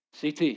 CT